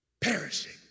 perishing